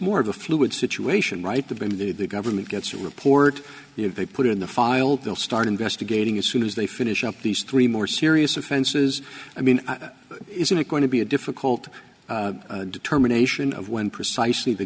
more of a fluid situation right the been the government gets report they put in the file they'll start investigating as soon as they finish up these three more serious offenses i mean isn't it going to be a difficult determination of when precisely the